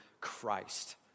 Christ